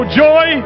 joy